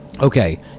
Okay